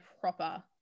proper